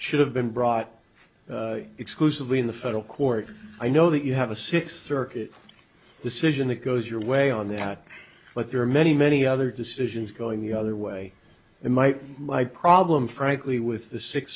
should have been brought exclusively in the federal court i know that you have a sixth circuit decision that goes your way on that but there are many many other decisions going the other way it might be my problem frankly with the six